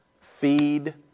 Feed